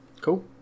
cool